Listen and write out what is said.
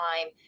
time